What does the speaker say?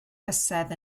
bysedd